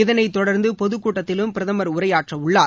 இதனை தொடர்ந்து பொதுக்கூட்டத்திலும் பிரதமர் உரையாற்றவுள்ளார்